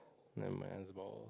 mine has a ball